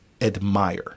admire